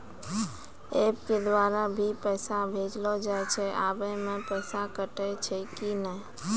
App के द्वारा भी पैसा भेजलो जाय छै आबै मे पैसा कटैय छै कि नैय?